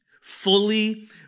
fully